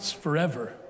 forever